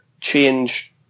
change